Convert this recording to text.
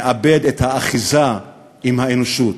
מאבד את האחיזה באנושות.